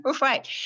Right